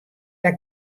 dat